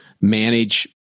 manage